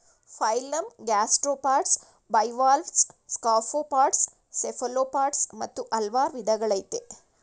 phylum gastropods bivalves scaphopods cephalopods ಮತ್ತು ಹಲ್ವಾರ್ ವಿದಗಳಯ್ತೆ